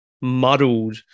muddled